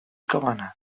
cabana